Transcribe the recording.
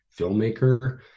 filmmaker